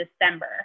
December